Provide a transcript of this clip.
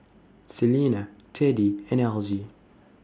Selena Teddie and Algie